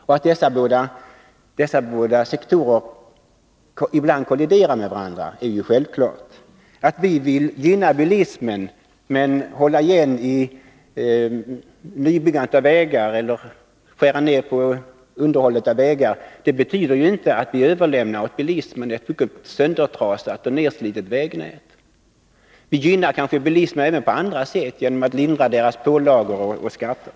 Och det är klart att det ibland blir en kollision mellan de målen. Att vi vill gynna bilismen men hålla igen beträffande nybyggande av vägar eller skära ned på vägunderhåll betyder inte att vi överlämnar åt bilisterna ett mycket söndertrasat och nerslitet vägnät. Vi gynnar kanske bilisterna även på andra sätt genom att lindra deras pålagor och skatter.